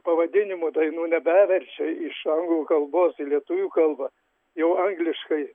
pavadinimų dainų nebeverčia iš anglų kalbos į lietuvių kalbą jau angliškai